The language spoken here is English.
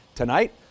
Tonight